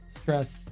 stress